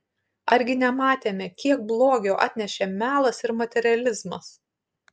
argi nematėme kiek blogio atnešė melas ir materializmas